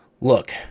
Look